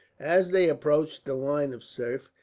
as they approached the line of surf,